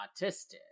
autistic